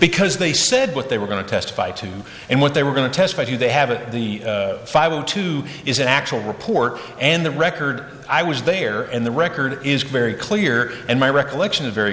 because they said what they were going to testify to and what they were going to testify do they have of the five o two is an actual report and the record i was there and the record is very clear and my recollection is very